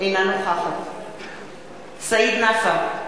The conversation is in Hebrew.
אינה נוכחת סעיד נפאע,